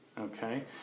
Okay